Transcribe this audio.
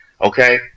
Okay